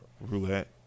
roulette